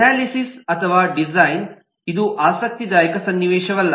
analysis ಅಥವಾ design ಗೆ ಇದು ಆಸಕ್ತಿದಾಯಕ ಸನ್ನಿವೇಶವಲ್ಲ